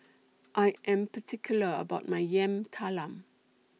I Am particular about My Yam Talam